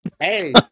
Hey